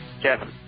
Kevin